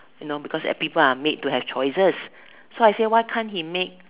you know because people are made to have choices so I say why can't he make